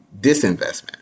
disinvestment